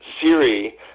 Siri